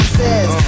says